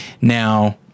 Now